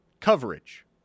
Coverage